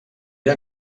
era